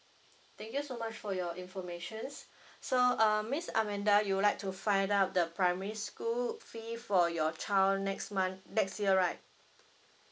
thank you so much for your informations so uh miss amanda you would like to find out the primary school fee for your child next month next year right